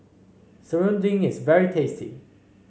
serunding is very tasty